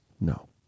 No